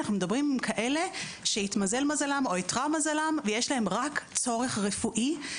אנחנו מדברים עם כאלה שהתמזל מזלם או איתרע מזלם ויש להם רק צורך רפואי.